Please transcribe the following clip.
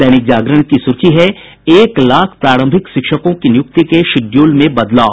दैनिक जागरण की सुर्खी है एक लाख प्रारंभिक शिक्षकों की नियुक्ति के शिड्यूल में बदलाव